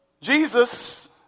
Jesus